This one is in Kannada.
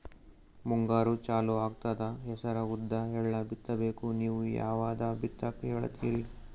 ಮುಂಗಾರು ಚಾಲು ಆಗ್ತದ ಹೆಸರ, ಉದ್ದ, ಎಳ್ಳ ಬಿತ್ತ ಬೇಕು ನೀವು ಯಾವದ ಬಿತ್ತಕ್ ಹೇಳತ್ತೀರಿ?